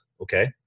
Okay